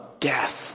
death